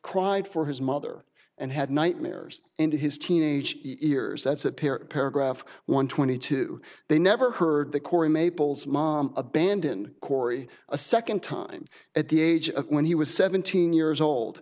cried for his mother and had nightmares and his teenage years that's apparent paragraph one twenty two they never heard that cory maples mom abandoned cory a second time at the age of when he was seventeen years old